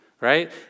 right